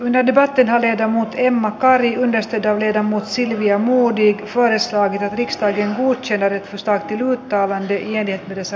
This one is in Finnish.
minne debatti tehdä muttei emma karille nesteitä viedä mut silvia modig osuessaan dixtöiden vuoksi retostaa kirjoittavan lausumaehdotuksen